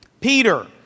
Peter